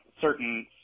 certain